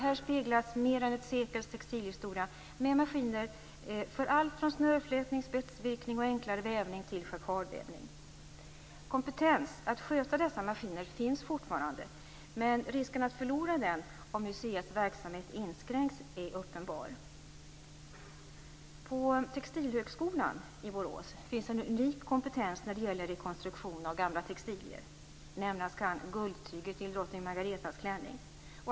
Här speglas mer än ett sekels textilhistoria med maskiner för allt från snörflätning, spetsvirkning och enklare vävning till jacquardvävning. Kompetens att sköta dessa maskiner finns fortfarande, men risken att förlora den om museets verksamhet inskränks är uppenbar. På Textilhögskolan i Borås finns en unik kompetens när det gäller rekonstruktion av gamla textilier. Nämnas kan guldtyget till drottning Margaretas klänning.